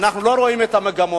אנחנו לא רואים את המגמות.